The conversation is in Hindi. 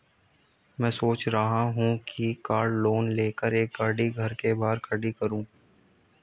मैं सोच रहा हूँ कि कार लोन लेकर एक गाड़ी घर के बाहर खड़ी करूँ